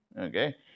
Okay